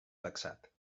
taxat